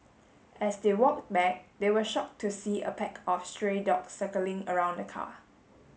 as they walked back they were shocked to see a pack of stray dogs circling around the car